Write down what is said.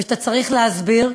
וכשאתה צריך להסביר,